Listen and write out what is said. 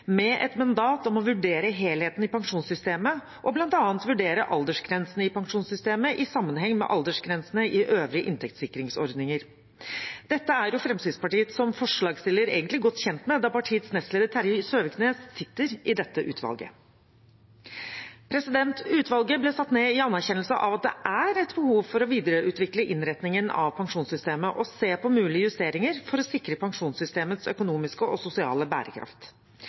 med et mandat om å vurdere helheten i pensjonssystemet og bl.a. vurdere aldersgrensene i pensjonssystemet i sammenheng med aldergrensene i øvrige inntektssikringsordninger. Dette er Fremskrittspartiet som forslagsstiller egentlig godt kjent med, da partiets nestleder Terje Søviknes sitter i dette utvalget. Utvalget ble satt ned i anerkjennelse av at det er et behov for å videreutvikle innretningen av pensjonssystemet og se på mulige justeringer for å sikre pensjonssystemets økonomiske og sosiale bærekraft.